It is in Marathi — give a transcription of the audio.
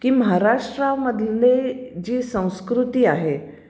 की महाराष्ट्रामधले जी संस्कृती आहे